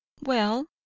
Well